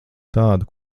tādu